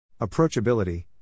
Approachability